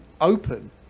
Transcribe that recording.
open